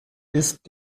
ist